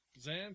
Zan